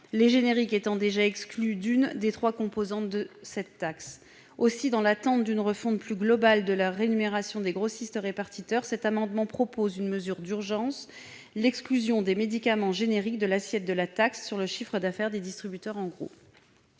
les génériques étant déjà exclus d'une des trois composantes de cette taxe. Dans l'attente d'une refonte plus globale de la rémunération des grossistes-répartiteurs, cet amendement tend à instaurer une mesure d'urgence : l'exclusion des médicaments génériques de l'assiette de la taxe sur le chiffre d'affaires des distributeurs en gros.